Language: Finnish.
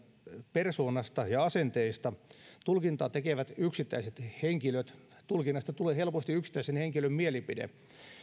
persoonasta ja asenteista tulkintaa tekevät yksittäiset henkilöt tulkinnasta tulee helposti yksittäisen henkilön mielipide